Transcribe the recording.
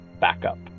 backup